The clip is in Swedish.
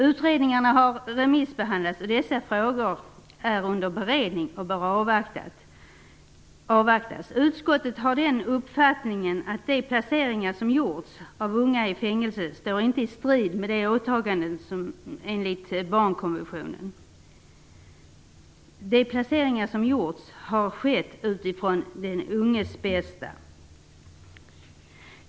Utredningarna har remissbehandlats, och dessa frågor är under beredning och bör avvaktas. Utskottet har den uppfattningen att de placeringar som gjorts av unga i fängelse inte står i strid med åtagandet enligt barnkonventionen. De placeringar som gjorts har skett utifrån den unges bästa.